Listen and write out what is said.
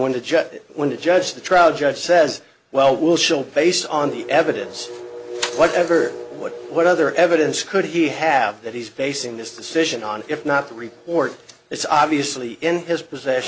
judge when the judge the trial judge says well will show based on the evidence whatever what what other evidence could he have that he's basing this decision on if not the report it's obviously in his pos